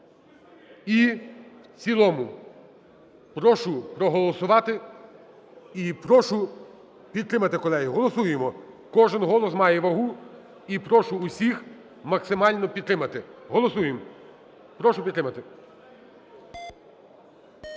і в цілому. Прошу проголосувати і прошу підтримати, колеги. Голосуємо, кожен голос має вагу. І прошу всіх максимально підтримати. Голосуємо, прошу підтримати.